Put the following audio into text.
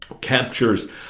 captures